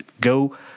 go